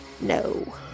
No